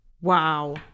Wow